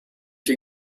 you